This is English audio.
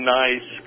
nice